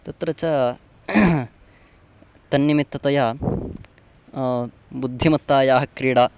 तत्र च तन्निमित्ततया बुद्धिमत्तायाः क्रीडा